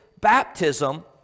baptism